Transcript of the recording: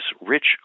rich